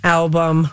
album